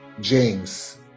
James